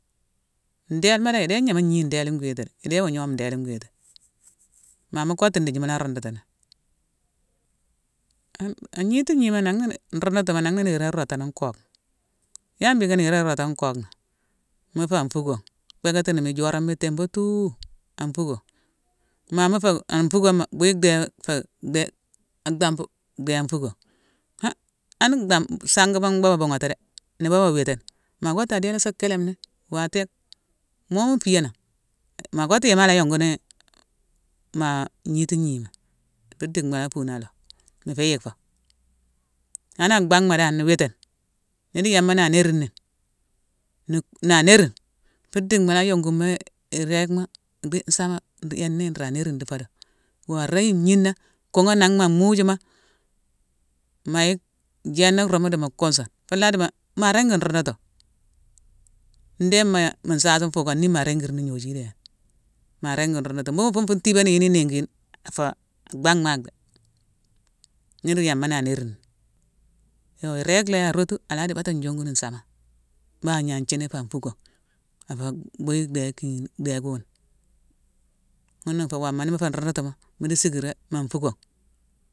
Ndéélma dan, idé ignama gni ndééle ngwiti; idé iwa gnome ndééle gwiti. Ma mu kottu ndithi mula rundutini. An-an ngniti ngnima nangh na-ni-rundutuma, nangh na niiroma irotane nkoghma. Yala mbhické niiroma irotane nkoghma? Mu fé an fuckon, bhéckatini mi jorama itéinbatuu an fuckon. Ma mu fé an fuckoma bhuiye dhé fé-dhé a dambu dhé an fuckon. Han-ani-dam-sagema mbhaba bunghati dé, nu baba witine. Ma kottu adé sa kélame ni, watége, mo mu fiyénan, ma kottu yéma ala yonguni maa ngniti ngnima. Fu dickma la fune aloo, mu fé yick fo. Han na a bhanghma dan nu witine, nudi yama na nérine ni. Nu-na nérine, fu dickma la yongumo irégma dhi nsama di yéné nra nérine di fodo. Wo arayime ngnina kunghé nangh ma muujuma, ma yick jééna ruumu dimu kunsune, mula dimo man ringi nrundutu; ndéne-ma-mu nsasi nfuukane ni ma ringi rini ignoju idéne. Ma ringi nrundutu. Mbughune fun fune tibani yuni iningi yune afa a banghma maack dhé. Nudu yama na nérine ni. Iyo, irége layi, arotu, adi baté njongune nsama. Bao agna nthini fa fuckon. Affa buiyi dhé kiighine, dhé gune. Ghuna nfé woma ni mu fé nrundutuma, mo di sickiré ma fuckon